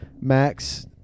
Max